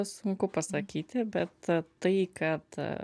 sunku pasakyti bet tai kad